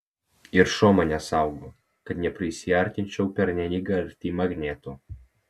ir šuo mane saugo kad neprisiartinčiau pernelyg arti magnetų